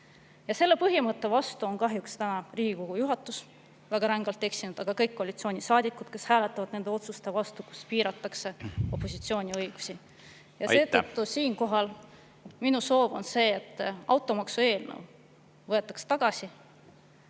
selle põhimõtte vastu on kahjuks täna Riigikogu juhatus väga rängalt eksinud ja ka kõik koalitsioonisaadikud, kes hääletavad nende otsuste [poolt], kus piiratakse opositsiooni õigusi. Siinkohal minu soov on see, et automaksu eelnõu võetakse tagasi.